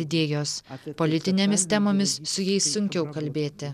idėjos apie politinėmis temomis su jais sunkiau kalbėti